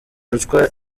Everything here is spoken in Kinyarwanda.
ruswa